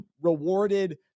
rewarded